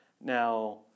Now